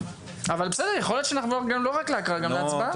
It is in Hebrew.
יכול להיות שנגיע לא רק להקראה אלא גם להצבעה.